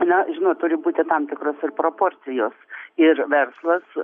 na žinot turi būti tam tikros ir proporcijos ir verslas